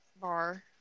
bar